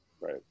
Right